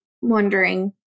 wondering